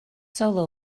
solo